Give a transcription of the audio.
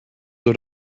door